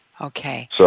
Okay